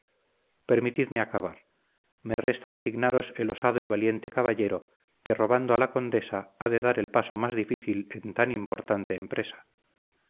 permitidme acabar me resta designaros el osado y valiente caballero que robando a la condesa ha de dar el paso más difícil en tan importante empresa